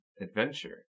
adventure